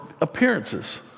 appearances